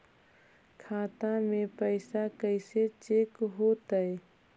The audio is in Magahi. खाता में पैसा कैसे चेक हो तै?